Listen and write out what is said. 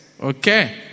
Okay